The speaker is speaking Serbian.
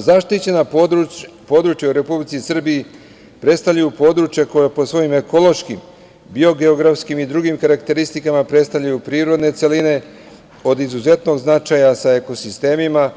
Zaštićena područja u Republici Srbiji predstavljaju područja koja po svojim ekološkim, biogeografskim i drugim karakteristikama predstavljaju prirodne celine od izuzetnog značaja, sa ekosistemima